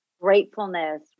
gratefulness